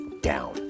down